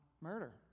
murder